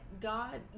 God